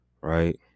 right